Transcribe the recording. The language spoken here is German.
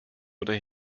oder